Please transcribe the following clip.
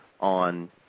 on